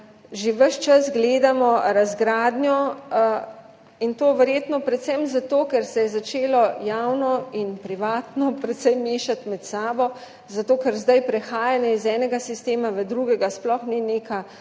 že ves čas gledamo razgradnjo, in to verjetno predvsem zato, ker se je začelo javno in privatno precej mešati med sabo, zato ker zdaj prehajanje iz enega sistema v drugega sploh ni neka